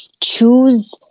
choose